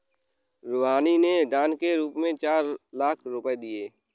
रूहानी ने दान के रूप में चार लाख रुपए दिए